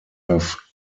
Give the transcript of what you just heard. have